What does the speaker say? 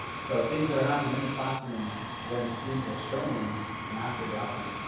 so things that are happening in the classroom when the students are showing the master the outcomes,